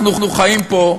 אנחנו חיים פה,